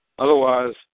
Otherwise